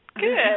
good